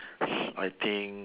I think